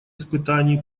испытаний